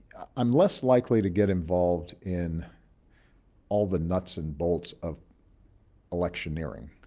i'm less likely to get involved in all the nuts and bolts of electioneering.